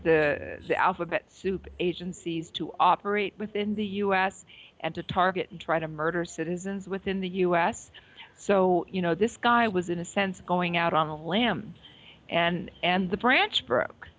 the alphabet soup agencies to operate within the u s and to target and try to murder citizens within the u s so you know this guy was in a sense going out on a limb and and the branch broke